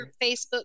Facebook